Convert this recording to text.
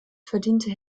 verdiente